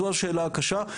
זו השאלה הקשה,